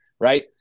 right